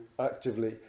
actively